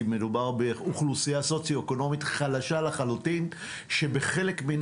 מדובר באוכלוסייה סוציו אקונומית חלשה לחלוטין שבחלק מן